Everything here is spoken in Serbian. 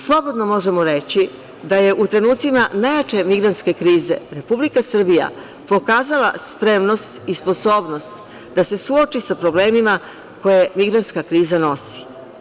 Slobodno možemo reći da je u trenucima najjače migrantske krize Republika Srbija pokazala spremnost i sposobnost da se suoči sa problemima koje migrantska kriza nosi.